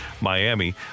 Miami